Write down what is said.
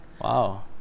wow